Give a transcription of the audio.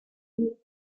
you